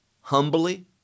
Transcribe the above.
humbly